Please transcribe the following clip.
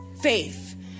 faith